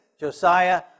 Josiah